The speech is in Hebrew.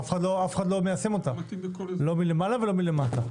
אף אחד לא מיישם אותה, לא מלמעלה ולא מלמטה,